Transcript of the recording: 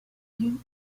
you